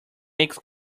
makes